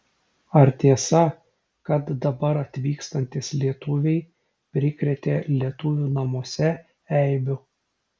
ar tiesa kad dabar atvykstantys lietuviai prikrėtė lietuvių namuose eibių